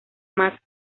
más